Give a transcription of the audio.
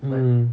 mmhmm